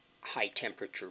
high-temperature